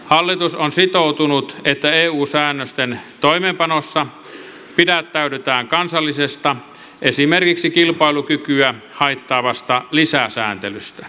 hallitus on sitoutunut siihen että eu säännösten toimeenpanossa pidättäydytään kansallisesta esimerkiksi kilpailukykyä haittaavasta lisäsääntelystä